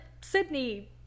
Sydney